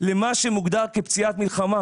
למה שמוגדר כפציעת מלחמה.